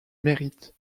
mérite